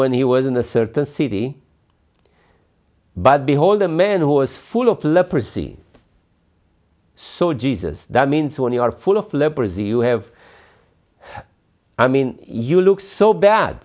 when he was in a certain city but behold a man who is full of leprosy so jesus that means when you are full of leprosy you have i mean you look so bad